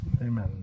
amen